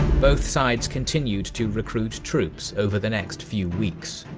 both sides continued to recruit troops over the next few weeks.